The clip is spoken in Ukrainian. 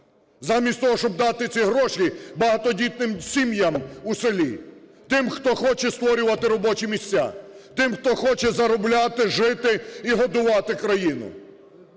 замість того щоб дати ці гроші багатодітним сім'ям у селі, тим, хто хоче створювати робочі місця, тим хто хоче заробляти, жити і годувати країну.